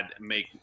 make